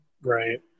Right